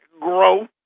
growth